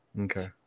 Okay